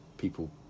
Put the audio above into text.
people